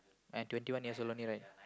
and twenty one years old only right